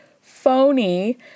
phony